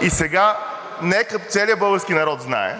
И сега нека целият български народ знае,